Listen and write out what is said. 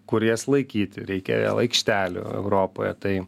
kur jas laikyti reikia vėl aikštelių europoje tai